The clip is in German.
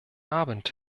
abend